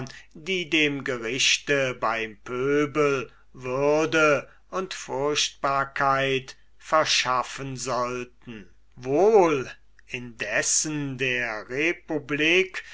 die dem gericht beim pöbel würde und furchtbarkeit verschaffen sollten wohl indessen der republik